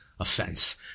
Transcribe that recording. Offense